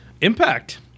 Impact